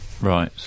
Right